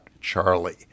Charlie